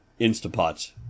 Instapots